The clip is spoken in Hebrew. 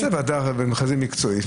תעשה ועדת מכרזים מקצועית,